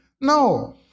No